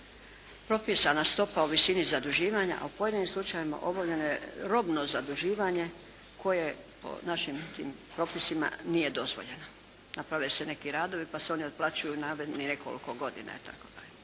propisana stopa u visini zaduživanja, a u pojedinim slučajevima obavljeno je robno zaduživanje koje je po našim tim propisima nije dozvoljeno. Naprave se neki radovi pa se oni otplaćuju na nekoliko godina itd.